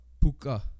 Puka